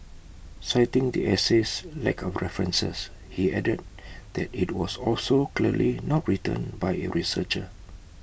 citing the essay's lack of references he added that IT was also clearly not written by A researcher